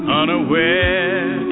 unaware